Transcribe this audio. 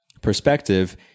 perspective